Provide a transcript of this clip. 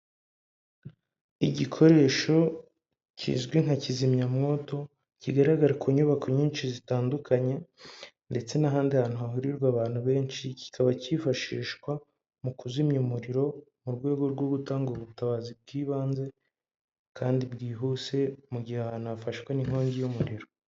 Igikoresho kizwi nka kizimyamwoto, kigaragara ku nyubako nyinshi zitandukanye, ndetse n'ahandi hantu hahurirwa abantu benshi, kikaba kifashishwa mu kuzimya umuriro, mu rwego rwo gutanga ubutabazi bw'ibanze, kandi bwihuse, mu gihe ahantu hafashwe n'ikongi y'umuriro.